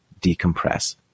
decompress